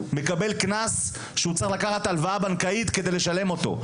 מקבל קנס שהוא צריך לקחת הלוואה בנקאית כדי לשלם אותו.